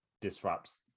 disrupts